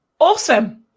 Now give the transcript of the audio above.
Awesome